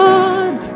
God